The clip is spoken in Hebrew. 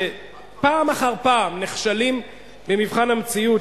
שפעם אחר פעם נכשלים במבחן המציאות,